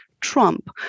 trump